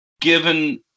given